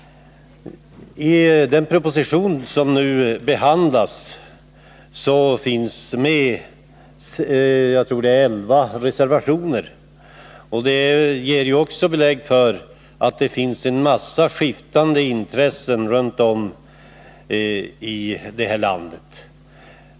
I det betänkande vi nu behandlar finns det elva reservationer. Det ger också belägg för att det finns en massa skiftande intressen runt om här i landet.